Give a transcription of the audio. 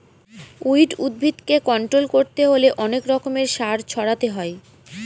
weed উদ্ভিদকে control করতে হলে অনেক রকমের সার ছড়াতে হয়